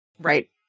right